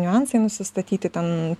niuansai nusistatyti ten